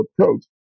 approach